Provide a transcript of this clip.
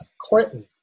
Clinton